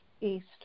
east